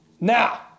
now